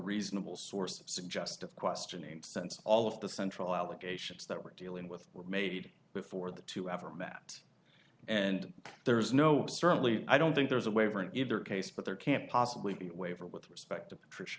reasonable source of suggestive questioning since all of the central allegations that we're dealing with were made before the two ever met and there's no certainly i don't think there's a waiver in either case but there can't possibly be a waiver with respect to patricia